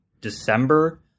December